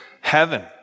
heaven